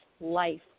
life